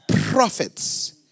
prophets